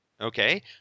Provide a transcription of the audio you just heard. okay